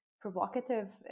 provocative